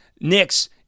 Knicks